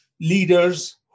leaders